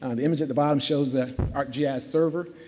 um the image at the bottom shows the arcgis server.